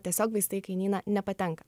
tiesiog vaistai į kainyną nepatenka